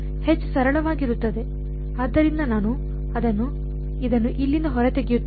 H ಸರಳವಾಗಿ ಇರುತ್ತದೆ ಆದ್ದರಿಂದ ನಾನು ಇದನ್ನು ಇಲ್ಲಿಂದ ಹೊರತೆಗೆಯುತ್ತೇನೆ